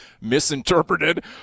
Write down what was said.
misinterpreted